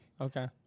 Okay